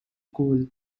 coal